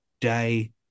day